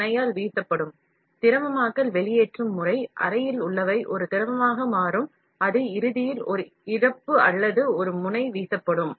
முன்னர் குறிப்பிட்டபடி இந்த பொருள் ஒரு solution வடிவத்தில் இருக்கக்கூடும் அது வெளியேற்றத்தைத் தொடர்ந்து விரைவாக திடப்படுத்தும் ஆனால் அறைக்கு வெப்பம் பயன்படுத்தப்படுவதால் இந்த பொருள் ஒரு திரவமாக இருக்கும்